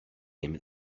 name